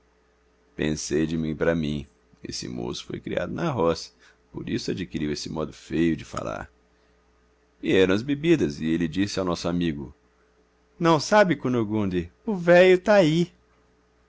pensei de mim para mim esse moço foi criado na roça por isso adquiriu esse modo feio de falar vieram as bebidas e ele disse ao nosso amigo não sabe cunugunde o véio tá i